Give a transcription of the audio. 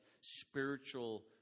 spiritual